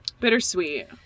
bittersweet